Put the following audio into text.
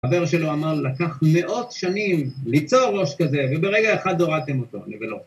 חבר שלו אמר לקח מאות שנים ליצור ראש כזה, וברגע אחד הורדתם אותו, אני ולא.